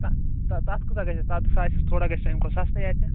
تتھ کوتاہ گَژھہِ اسہِ تتھ سُہ آسہِ تھوڑا گَژھہِ سُہ اَمہِ کھۄتہ سستٔے اَتہِ